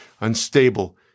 unstable